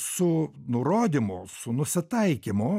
su nurodymu su nusitaikymu